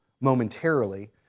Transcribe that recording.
momentarily